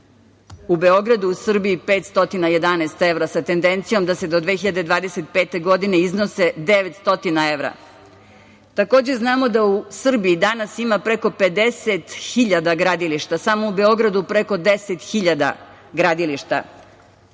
U Beogradu, u Srbiji, 511 evra sa tendencijom da do 2025. godine iznose 900 evra. Takođe, znamo da u Srbiji danas ima preko 50.000 gradilišta. Samo u Beogradu preko 10.000 gradilišta.